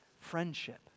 friendship